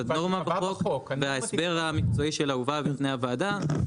הנורמה בחוק וההסבר המקצועי שלה הובא בפני הוועדה,